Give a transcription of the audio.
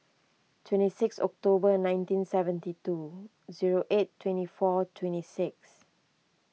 twenty six October nineteen seventy two zero eight twenty four twenty six